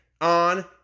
on